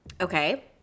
Okay